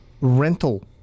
rental